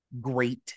great